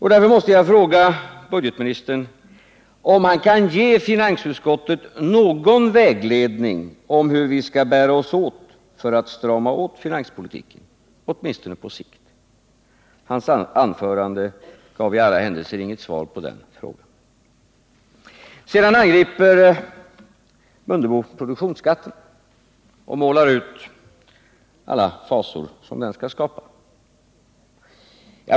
Därför måste jag fråga budgetoch ekonomiministern, om han kan ge finansutskottet någon vägledning om hur vi skall bära oss åt för att strama till finanspolitiken åtminstone på sikt. Hans anförande gav i alla händelser inget svar på den frågan. Vidare angriper herr Mundebo produktionsskatten och målar ut alla fasor som den skall skapa.